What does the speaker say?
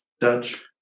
Dutch